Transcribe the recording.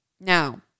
Now